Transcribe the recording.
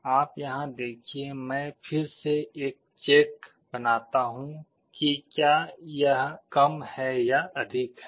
आप यहां देखिए मैं फिर से एक चेक बनाता हूं कि क्या यह कम है या अधिक है